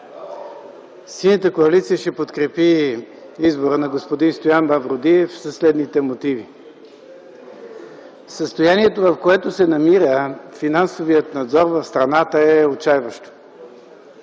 Синята коалиция ще подкрепи избора на господин Стоян Мавродиев със следните мотиви. Състоянието, в което се намира финансовият надзор в страната, е отчайващо.